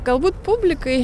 galbūt publikai